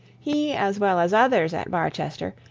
he, as well as others at barchester,